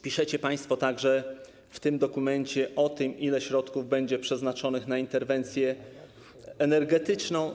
Piszecie też państwo w tym dokumencie o tym, ile środków będzie przeznaczonych na interwencję energetyczną.